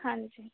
ਹਾਂਜੀ